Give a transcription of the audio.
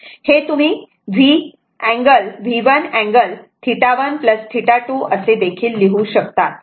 हे तुम्ही V1 angle θ1 θ2 असे देखील लिहू शकतात